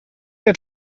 den